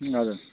हजुर